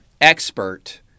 expert